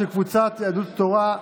של הקבוצות יהדות התורה,